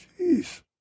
Jeez